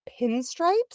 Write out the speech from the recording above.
Pinstripes